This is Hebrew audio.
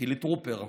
חילי טרופר,